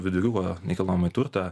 viduriuko nekilnojamąjį turtą